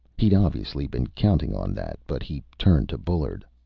he'd obviously been counting on that. but he turned to bullard.